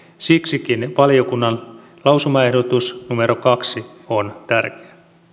siksikin valiokunnan lausumaehdotus numero kaksi on tärkeä